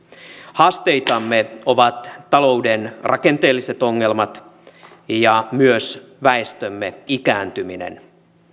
haasteitamme ovat talouden rakenteelliset ongelmat ja myös väestömme ikääntyminen